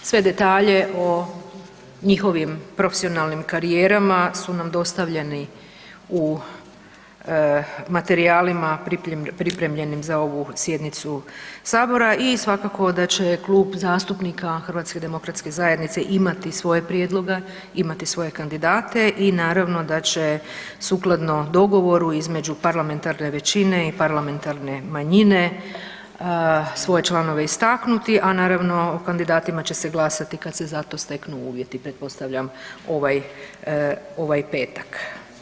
Sve detalje o njihovim profesionalnim karijerama su nam dostavljeni u materijalima pripremljenim za ovu sjednicu Sabora i svakako da će Klub zastupnika HDZ-a imati svoje prijedloge, imati svoje kandidate i naravno da će sukladno dogovoru između parlamentarne većine i parlamentarne manjine svoje članove istaknuti, a naravno o kandidatima će se glasati kad se za to steknu uvjeti, pretpostavljam ovaj petak.